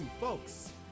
folks